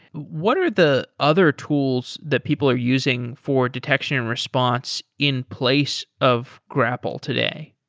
what are the other tools that people are using for detection and response in place of grapl today?